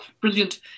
Brilliant